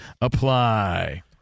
apply